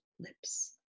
lips